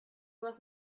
was